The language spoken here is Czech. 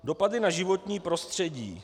Dopady na životní prostředí.